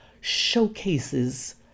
showcases